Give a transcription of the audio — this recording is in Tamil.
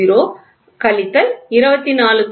970 24